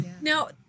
Now